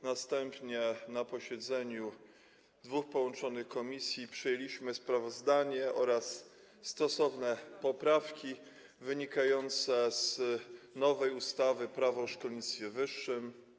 Następnie na posiedzeniu dwóch połączonych komisji przyjęliśmy sprawozdanie oraz stosowne poprawki wynikające z nowej ustawy Prawo o szkolnictwie wyższym.